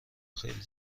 خیلی